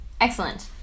excellent